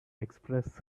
express